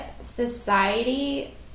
society